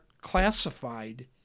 classified